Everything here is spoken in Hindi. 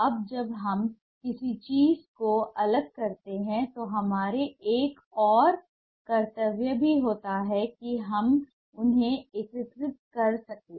अब जब हम किसी चीज को अलग करते हैं तो हमारा एक और कर्तव्य भी होता है कि हम उन्हें एकीकृत कर सकें